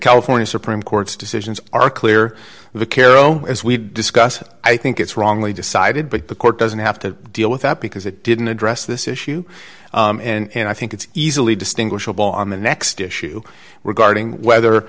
california supreme court's decisions are clear the kero as we've discussed i think it's wrongly decided but the court doesn't have to deal with that because it didn't address this issue and i think it's easily distinguishable on the next issue regarding whether